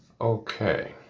Okay